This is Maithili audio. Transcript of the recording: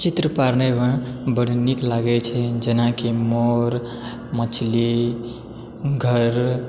चित्र पारनेमे बड्ड नीक लागैत छै जेनाकि मोर मछली घर